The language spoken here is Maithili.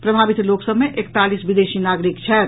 प्रभावित लोक सभ मे एकतालीस विदेशी नागरिक छथि